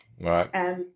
Right